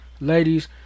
ladies